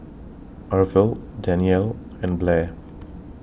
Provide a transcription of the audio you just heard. Arvil Danelle and Blair